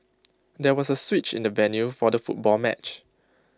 there was A switch in the venue for the football match